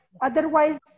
Otherwise